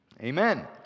Amen